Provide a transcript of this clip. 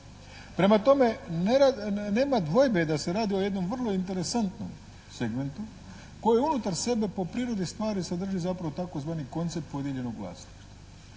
Prema tome nema dvojbe da se radi o jednom vrlo interesantnom segmentu koji unutar sebe po prirodi stvari sadrži zapravo tzv. koncept podijeljenog vlasništva.